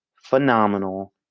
phenomenal